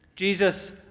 Jesus